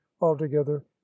altogether